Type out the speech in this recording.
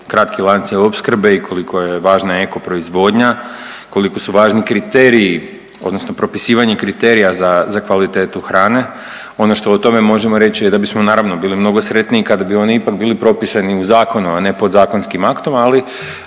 kratki lanci opskrbe i koliko je važna eko proizvodnja, koliko su važni kriteriji, odnosno propisivanje kriterija za kvalitetu hrane. Ono što o tome možemo reći je da bismo naravno bili mnogo sretniji kada bi oni ipak bili propisani u zakonu, a ne podzakonskim aktom. Ali